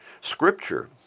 Scripture